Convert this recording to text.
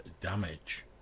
damage